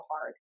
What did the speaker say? hard